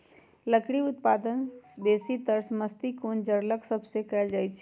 लकड़ी उत्पादन बेसीतर समशीतोष्ण जङगल सभ से कएल जाइ छइ